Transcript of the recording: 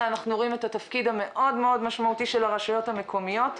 אנחנו רואים את התפקיד המאוד מאוד משמעותי של הרשויות המקומיות.